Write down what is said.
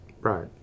Right